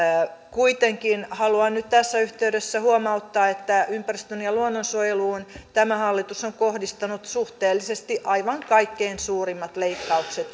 kuitenkin haluan nyt tässä yhteydessä huomauttaa että ympäristön ja luonnonsuojeluun tämä hallitus on kohdistanut suhteellisesti aivan kaikkein suurimmat leikkaukset